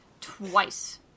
twice